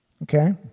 Okay